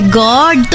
god